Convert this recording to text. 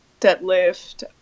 deadlift